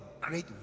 great